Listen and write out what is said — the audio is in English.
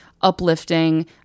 uplifting